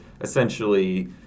essentially